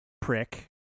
prick